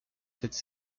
cette